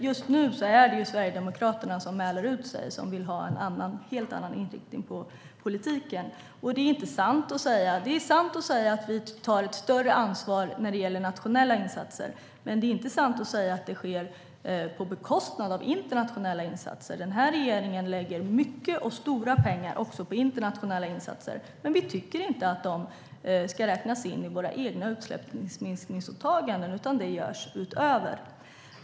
Just nu är det Sverigedemokraterna som mäler ut sig och vill ha en helt annan inriktning på politiken. Det är sant att vi tar ett större ansvar när det gäller nationella insatser, men det är inte sant att det sker på bekostnad av internationella insatser. Den här regeringen lägger mycket och stora pengar också på internationella insatser, men vi tycker inte att de ska räknas in i våra egna utsläppsminskningsåtaganden, utan de görs därutöver.